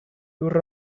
lur